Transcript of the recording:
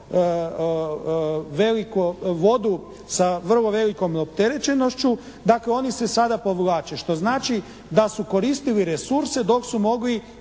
veliku vodu sa vrlo velikom opterećenošću, dakle oni se sada povlače, što znači da su koristili resurse dok su mogli